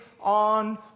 on